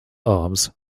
arms